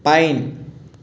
pine